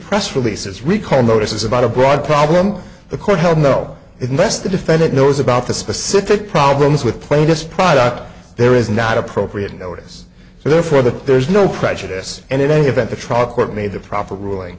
press releases recall notices about a broad problem the court held no it unless the defendant knows about the specific problems with plaintiff's pride out there is not appropriate notice so therefore that there's no prejudice and in any event the trial court made the proper ruling